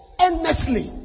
endlessly